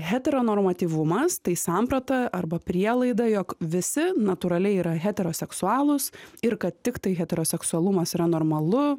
heteronormatyvumas tai samprata arba prielaida jog visi natūraliai yra heteroseksualūs ir kad tiktai heteroseksualumas yra normalu